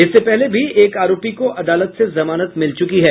इससे पहले भी एक आरोपी को अदालत से जमानत मिल चुकी है